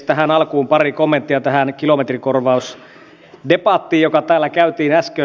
tähän alkuun pari kommenttia tähän kilometrikorvausdebattiin joka täällä käytiin äsken